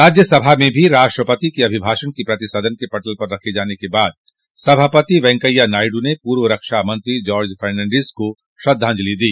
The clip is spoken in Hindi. राज्यसभा में भी राष्ट्रपति के अभिभाषण की प्रति सदन के पटल पर रखे जाने के बाद सभापति वेंकैया नायडू ने पूर्व रक्षा मंत्री जॉर्ज फर्नांडिस को श्रद्धांजलि दी